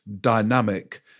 dynamic